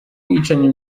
bwicanyi